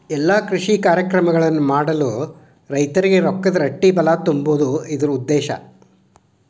ಎಲ್ಲಾ ಕೃಷಿ ಕಾರ್ಯಕ್ರಮಗಳನ್ನು ಮಾಡಲು ರೈತರಿಗೆ ರೊಕ್ಕದ ರಟ್ಟಿಬಲಾ ತುಂಬುದು ಇದ್ರ ಉದ್ದೇಶ